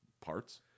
parts